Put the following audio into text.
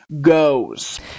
goes